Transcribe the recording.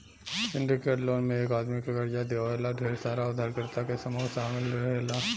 syndicate loan में एक आदमी के कर्जा दिवावे ला ढेर सारा उधारकर्ता के समूह शामिल रहेला